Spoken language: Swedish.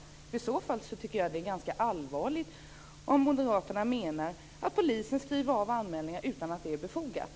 Jag tycker att det är ganska allvarligt om Moderaterna menar att polisen skriver av anmälningar utan att det är befogat.